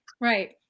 Right